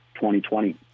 2020